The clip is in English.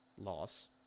Loss